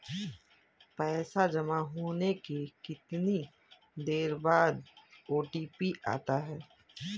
पैसा जमा होने के कितनी देर बाद ओ.टी.पी आता है?